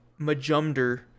majumder